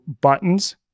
buttons